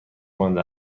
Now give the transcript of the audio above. مانده